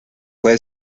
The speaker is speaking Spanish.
puede